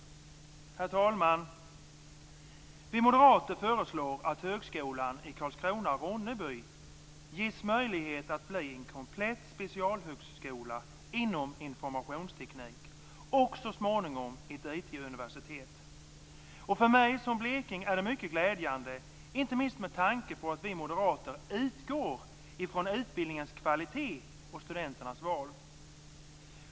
Herr talman! Vi moderater föreslår att högskolan i Karlskrona/Ronneby ges möjlighet att bli en komplett specialhögskola inom informationsteknik och så småningom ett IT-universitet. För mig som bleking är det mycket glädjande, inte minst med tanke på att vi moderater utgår från utbildningens kvalitet och studenternas val.